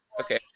Okay